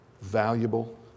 valuable